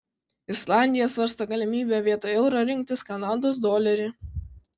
islandija svarsto galimybę vietoj euro rinktis kanados dolerį